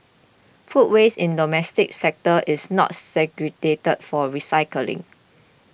food waste in the domestic sector is not segregated for recycling